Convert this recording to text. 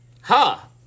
Ha